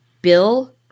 Bill